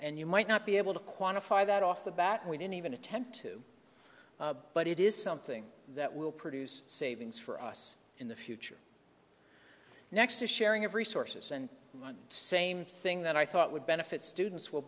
and you might not be able to quantify that off the bat we don't even attempt to but it is something that will produce savings for us in the future next a sharing of resources and the same thing that i thought would benefit students will